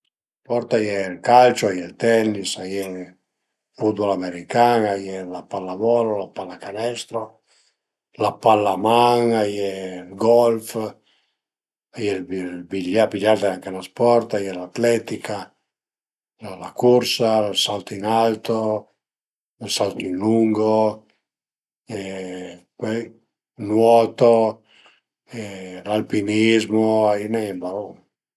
Dë sport a ie ël calcio, a ie ël tennis, a ie ël football american, a ie la pallavola, la pallacanestro, la pallaman, a ie ël golf, a ie ël biliard, ël biliard al e anche ün sport, a ie l'atletica, a ie la cursa, ël salto in alto o ël salto in lungo, a ie pöi nuoto, alpinizmo, a i n'a ie ën barun